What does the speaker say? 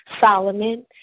Solomon